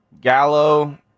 Gallo